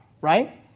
Right